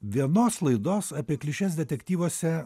vienos laidos apie klišes detektyvuose